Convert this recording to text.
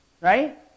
Right